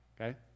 okay